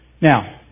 Now